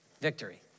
victory